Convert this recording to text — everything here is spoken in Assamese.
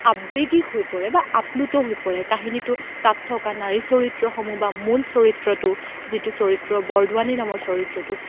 আৱেগিক হৈ পৰে বা আপ্লুত হৈ পৰে কাহিনীটো তাত থকা নাৰী চৰিত্ৰসমূহ বা মূল চৰিত্ৰটো যিটো চৰিত্ৰ বৰদোৱানী নামৰ চৰিত্ৰটো